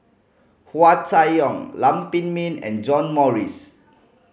Hua Chai Yong Lam Pin Min and John Morrice